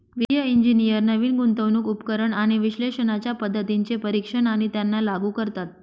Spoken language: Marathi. वित्तिय इंजिनियर नवीन गुंतवणूक उपकरण आणि विश्लेषणाच्या पद्धतींचे परीक्षण आणि त्यांना लागू करतात